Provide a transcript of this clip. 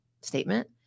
statement